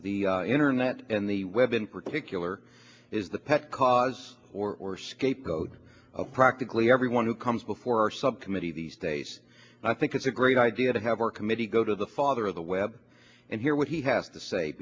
the internet and the web in particular is the pet cause or or scapegoat of practically everyone who comes before our subcommittee these days i think it's a great idea to have our committee go to the father of the web and hear what he has to say